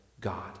God